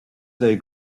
they